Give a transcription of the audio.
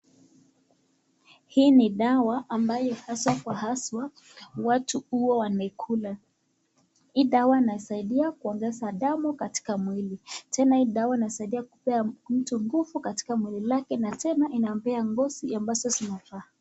Hii ni dawa ambayo haswa kwa haswa watu huwa wanaikula. Hii dawa inasaidia kuongeza damu katika mwili tena hii dawa inasaidia kupea mtu nguvu katika mwili lake na tena inampea ngozi ambazo zinafaa.